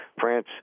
France